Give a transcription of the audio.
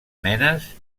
nenes